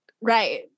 right